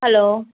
hello